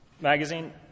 Magazine